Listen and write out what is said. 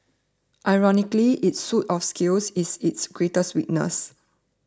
ironically its suit of scales is its greatest weakness